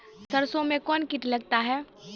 सरसों मे कौन कीट लगता हैं?